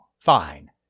Fine